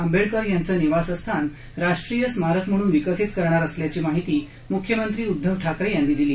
आंबेडकर यांचं निवासस्थान राष्ट्रीय स्मारक म्हणून विकसित करणार असल्याची माहिती मुख्यमंत्री उद्धव ठाकरे यांनी दिली